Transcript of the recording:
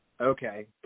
Okay